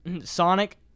Sonic